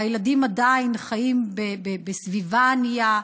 והילדים עדיין חיים בסביבה ענייה,